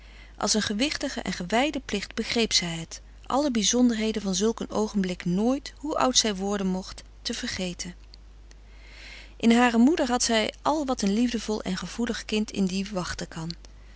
als een gewichtigen en gewijden plicht begreep zij het alle bizonderheden van zulk een oogenblik nooit hoe oud zij worden mocht te vergeten in hare moeder had zij al wat een liefdevol en gevoelig kind in die wachten kan